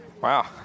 Wow